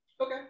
okay